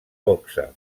boxa